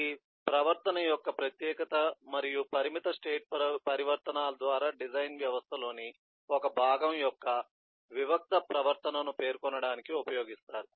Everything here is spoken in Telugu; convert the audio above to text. ఇది ప్రవర్తన యొక్క ప్రత్యేకత మరియు పరిమిత స్టేట్ పరివర్తనాల ద్వారా డిజైన్ వ్యవస్థ లోని ఒక భాగం యొక్క వివిక్త ప్రవర్తనను పేర్కొనడానికి ఉపయోగిస్తారు